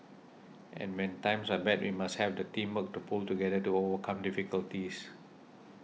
and when times are bad we must have the teamwork to pull together to overcome difficulties